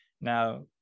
Now